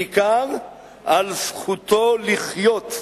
בעיקר על זכותו לחיות,